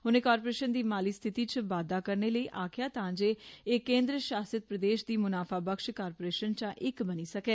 उनें कारपोरेश दी माली स्थिति च बाद्दा करने लेई आक्खेया तां जे एह केन्द्र शासत प्रदेश दी म्बनाफाबक्ख कारपोरेशन चां इक बनी सकै